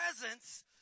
presence